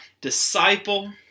disciple